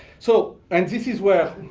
so and this is where,